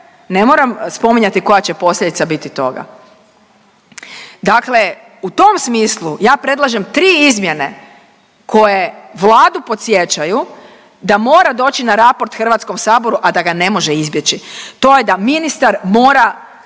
ne moram spominjati koja će posljedica biti toga. Dakle, u tom smislu ja predlažem 3 izmjene koje Vladu podsjećaju da mora doći na raport Hrvatskom saboru, a da ga ne može izbjeći. To je da ministar mora